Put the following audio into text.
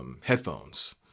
headphones